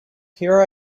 here